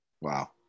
Wow